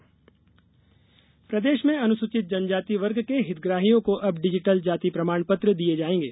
digital प्रमाणपत्र प्रदेश में अनुसूचित जनजाति वर्ग के हितग्राहियों को अब डिजिटल जाति प्रमाण पत्र दिये जाएंगे